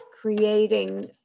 creating